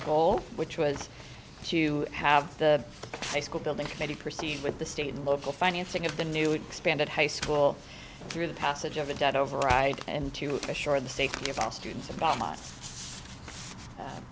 goal which was to have the high school building committee proceed with the state and local financing of the new expanded high school through the passage of a debt override and to assure the safety of our students about much